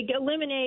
eliminate